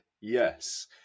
yes